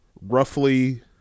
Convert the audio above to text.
roughly